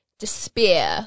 despair